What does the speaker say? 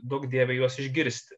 duok dieve juos išgirsti